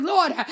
Lord